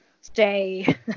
stay